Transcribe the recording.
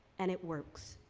and it works.